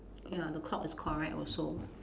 ya the clock is correct also